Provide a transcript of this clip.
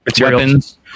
weapons